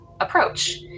approach